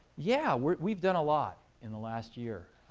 yeah, we're we've done a lot in the last year.